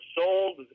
sold